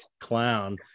clown